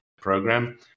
program